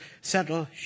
settle